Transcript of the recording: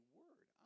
word